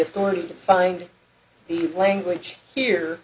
authority to find the language here